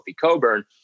Coburn